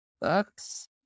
books